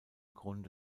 grunde